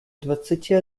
двадцати